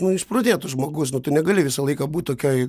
nu išprotėtų žmogus nu tu negali visą laiką būti tokioj